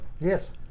Yes